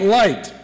light